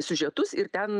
siužetus ir ten